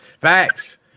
Facts